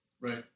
Right